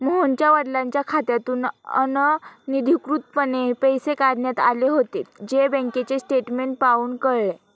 मोहनच्या वडिलांच्या खात्यातून अनधिकृतपणे पैसे काढण्यात आले होते, जे बँकेचे स्टेटमेंट पाहून कळले